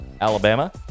Alabama